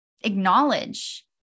acknowledge